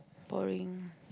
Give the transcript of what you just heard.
boring